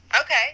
Okay